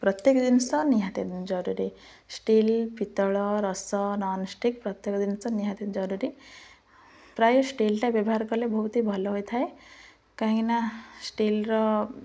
ପ୍ରତ୍ୟେକ ଜିନିଷ ନିହାତି ଜରୁରୀ ଷ୍ଟିଲ୍ ପିତ୍ତଳ ରସ ନନ୍ ଷ୍ଟିକ୍ ପ୍ରତ୍ୟେକ ଜିନିଷ ନିହାତି ଜରୁରୀ ପ୍ରାୟ ଷ୍ଟିଲ୍ଟା ବ୍ୟବହାର କଲେ ବହୁତ ଭଲ ହୋଇଥାଏ କାହିଁକିନା ଷ୍ଟିଲ୍ର